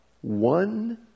one